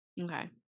okay